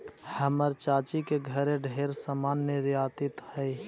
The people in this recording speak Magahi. हमर चाची के घरे ढेर समान निर्यातित हई